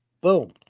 Boom